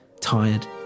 tired